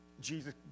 Jesus